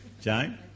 Jane